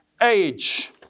age